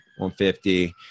150